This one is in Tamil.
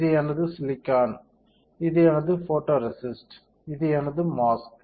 இது எனது சிலிக்கான் இது எனது ஃபோட்டோரேசிஸ்ட் இது எனது மாஸ்க்